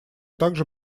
также